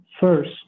first